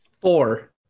Four